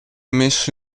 messo